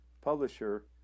publisher